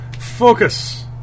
focus